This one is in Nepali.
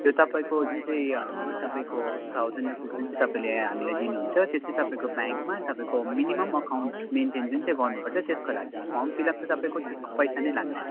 तपाईँको जुन चाहिँ तपाईँको थाउजन्ड रुपिज जुन चाहिँ तपाईँले हामीलाई दिनुहुन्छ त्यो चाहिँ तपाईँको ब्याङ्कमा तपाईँको मिनिमम अकाउन्ट मेनटेन जुन चाहिँ गर्नुपर्छ त्यसको लागि हो फर्म फिलअप त तपाईँको पैसा नै लाग्दैन